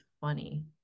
funny